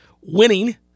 winning